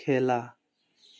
খেলা